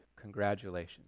Congratulations